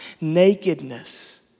Nakedness